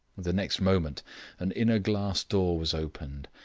the next moment an inner glass door was opened,